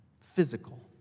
physical